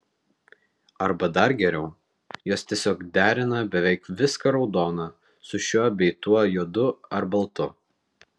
arba dar geriau jos tiesiog derina beveik viską raudoną su šiuo bei tuo juodu ar baltu